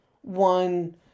one